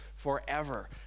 Forever